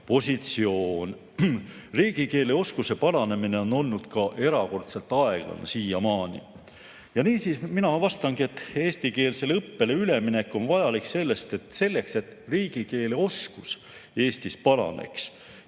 positsioon. Riigikeele oskuse paranemine on olnud ka erakordselt aeglane siiamaani. Niisiis, mina vastangi, et eestikeelsele õppele üleminek on vajalik selleks, et riigikeele oskus Eestis paraneks.